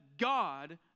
God